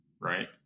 right